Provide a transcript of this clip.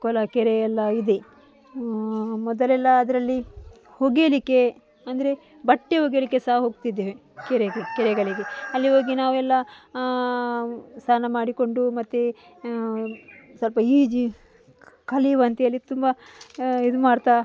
ಕೊಳ ಕೆರೆಯೆಲ್ಲ ಇದೆ ಮೊದಲೆಲ್ಲ ಅದರಲ್ಲಿ ಒಗೆಲಿಕ್ಕೆ ಅಂದರೆ ಬಟ್ಟೆ ಒಗೆಲಿಕ್ಕೆ ಸಹ ಹೋಗ್ತಿದ್ದೇವೆ ಕೆರೆಗೆ ಕೆರೆಗಳಿಗೆ ಅಲ್ಲಿ ಹೋಗಿ ನಾವೆಲ್ಲ ಸ್ನಾನ ಮಾಡಿಕೊಂಡು ಮತ್ತೆ ಸ್ವಲ್ಪ ಈಜು ಕಲಿಯುವ ಅಂತ್ಹೇಳಿ ತುಂಬ ಇದುಮಾಡ್ತಾ